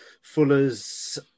Fuller's